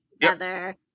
together